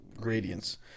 gradients